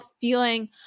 feeling